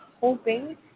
hoping